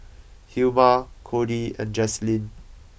Hilma Kody and Jazlynn